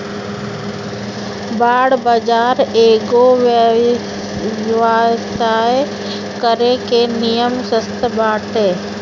bond बाजार एगो व्यवसाय करे के निमन रास्ता बाटे